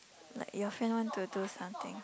like your friend want to do something